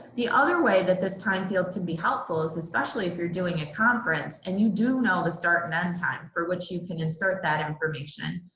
the other way that this time field can be helpful is, especially if you're doing a conference and you do know the start and end time for which you can insert that information,